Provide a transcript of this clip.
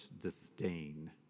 disdain